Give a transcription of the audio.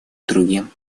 другим